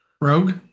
Rogue